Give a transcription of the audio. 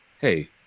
hey